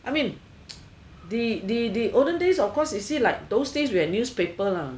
I mean the the the olden days of course is see like those days we have newspaper lah